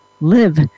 live